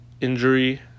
injury